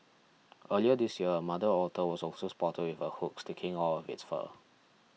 earlier this year a mother otter was also spotted with a hook sticking out of its fur